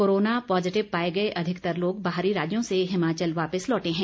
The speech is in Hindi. कोरोना पॉज़िटिव पाए गए अधिकतर लोग बाहरी राज्यों से हिमाचल वापिस लौटे हैं